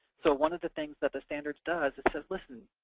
so one of the things that the standards does is say, listen,